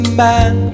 man